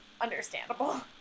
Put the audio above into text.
understandable